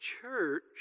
church